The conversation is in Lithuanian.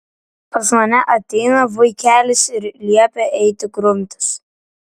pas mane ateina vaikelis ir liepia eiti grumtis